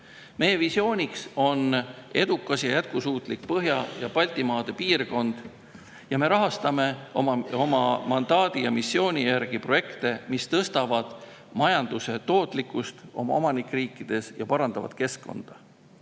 Meie visiooniks on edukas ja jätkusuutlik Põhja‑ ja Baltimaade piirkond. Me rahastame oma mandaadi ja missiooni järgi projekte, mis tõstavad majanduse tootlikkust meie omanikriikides ja parandavad keskkonda.